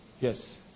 Yes